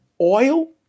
Oil